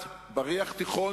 שקט, המלך ישן.